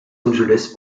angeles